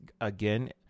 again